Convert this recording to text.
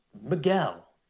Miguel